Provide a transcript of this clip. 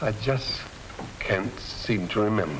i just can't seem to remember